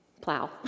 plow